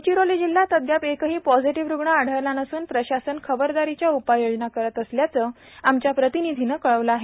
गडचिरोली जिल्ह्यात अद्याप एकही पोजेटिव्ह रुग्ण आढळला नसून प्रशासन खबरदारीच्या उपाययोजना करीत असल्याचं आमच्या प्रतिनिधीने कळवले आहे